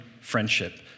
friendship